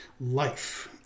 life